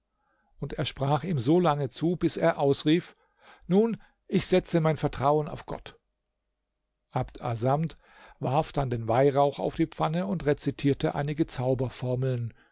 und er sprach ihm solange zu bis er ausrief nun ich setze mein vertrauen auf gott abd assamd warf dann den weihrauch auf die pfanne und rezitierte einige zauberformeln